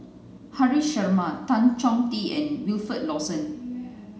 Haresh Sharma Tan Chong Tee and Wilfed Lawson